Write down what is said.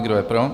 Kdo je pro?